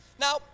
Now